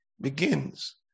Begins